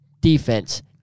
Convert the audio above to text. defense